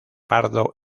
pardo